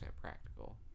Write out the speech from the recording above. practical